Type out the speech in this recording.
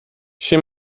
she